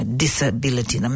disability